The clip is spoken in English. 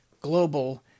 global